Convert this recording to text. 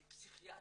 אני פסיכיאטרי.